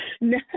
No